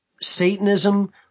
Satanism